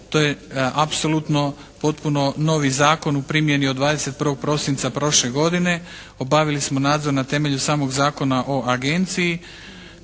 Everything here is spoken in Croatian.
to je apsolutno potpuno novi zakon u primjeni. Od 21. prosinca prošle godine obavili smo nadzor na temelju samog Zakona o agenciji.